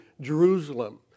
Jerusalem